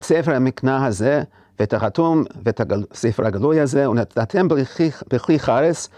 ספר המקנה הזה, ואת החתום, ואת ספר הגלוי הזה, ונתתם בכלי חרש